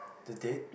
the date